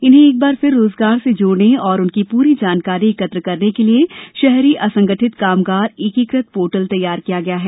इन्हें एक बार फिर रोजगार से जोड़ने और उनकी पूरी जानकारी एकत्र करने के लिये शहरी असंगठित कामगार एकीकृत पोर्टल तैयार किया गया है